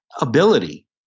ability